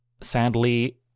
sadly